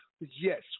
Yes